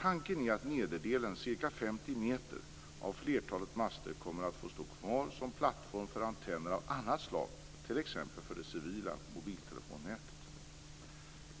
Tanken är att nederdelen, ca 50 meter, av flertalet master kommer att få stå kvar som plattform för antenner av annat slag, t.ex. för det civila mobiltelefonnätet.